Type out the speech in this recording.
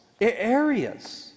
areas